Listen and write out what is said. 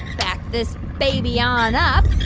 back this baby on up.